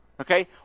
Okay